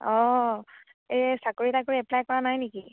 অ' এই চাকৰি তাকৰি এপ্লাই কৰা নাই নেকি